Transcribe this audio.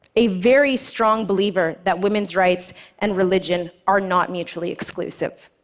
a very strong believer that women's rights and religion are not mutually exclusive.